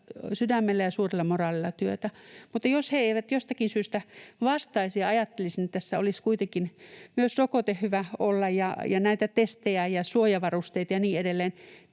sydämellä ja suurella moraalilla työtä. Mutta jos he eivät jostakin syystä vastaisi ja ajattelisin, että tässä olisi kuitenkin myös rokote hyvä olla ja näitä testejä ja suojavarusteita ja niin edelleen,